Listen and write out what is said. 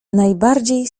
najbardziej